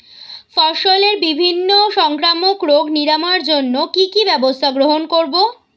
ফসলের বিভিন্ন সংক্রামক রোগ নিরাময়ের জন্য কি কি ব্যবস্থা গ্রহণ করব?